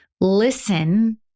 listen